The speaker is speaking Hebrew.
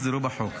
יוסדרו בחוק.